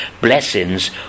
Blessings